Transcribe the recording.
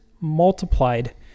multiplied